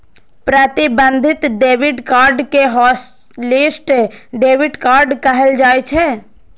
प्रतिबंधित debit card कें hotlist debit card कहल जाइ छै